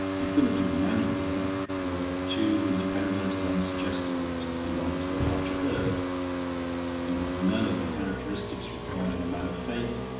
you couldn't do manual work you're too independent and unsuggestible to belong to the larger herd you have none of the characteristics required in a man of faith.